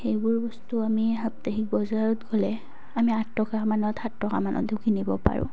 সেইবোৰ বস্তু আমি সাপ্তাহিক বজাৰত গ'লে আমি আঠ টকামানত সাত টকামানতো কিনিব পাৰোঁ